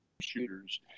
shooters